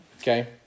okay